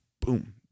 boom